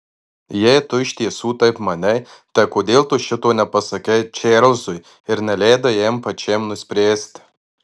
jei tu iš tiesų taip manei tai kodėl tu šito nepasakei čarlzui ir neleidai jam pačiam nuspręsti